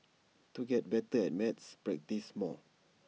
to get better at maths practise more